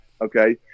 Okay